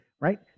right